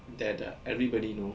that uh everybody knows